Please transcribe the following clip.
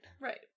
Right